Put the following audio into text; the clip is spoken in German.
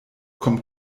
kommt